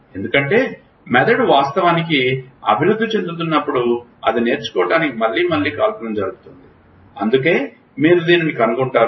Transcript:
ఎందుకంటే మెదడు వాస్తవానికి అభివృద్ధి చెందుతున్నప్పుడు అది నేర్చుకోవటానికి మళ్లీ మళ్లీ కాల్పులు జరుపుతుంది అందుకే మీరు దానిని కనుగొంటారు